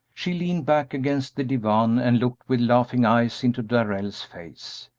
she leaned back against the divan and looked with laughing eyes into darrell's face.